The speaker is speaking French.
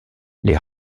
les